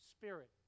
spirit